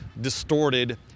distorted